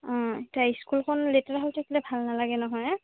অঁ এতিয়া স্কুলখন লেতেৰা হৈ থাকিলে ভাল নালাগে নহয়